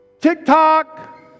TikTok